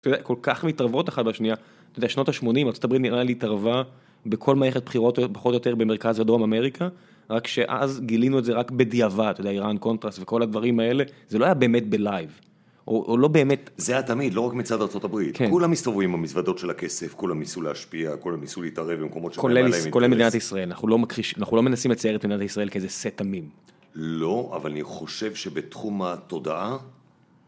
כל כך מתערבות אחת בשנייה, אתה יודע, שנות ה-80, ארה״ב נראה לי התערבה בכל מערכת בחירות, פחות או יותר, במרכז הדרום אמריקה רק שאז גילינו את זה רק בדיעבד, אתה יודע, איראן קונטרס וכל הדברים האלה זה לא היה באמת בלייב, או לא באמת... זה היה תמיד, לא רק מצד ארה״ב, כולם הסתובבו עם המזוודות של הכסף, כולם ניסו להשפיע, כולם ניסו להתערב במקומות שבאים עליהם אינטרס אנחנו לא מנסים לצייר את מדינת ישראל כאיזה סה תמים לא, אבל אני חושב שבתחום התודעה...